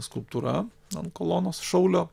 skulptūra ant kolonos šaulio